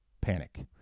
panic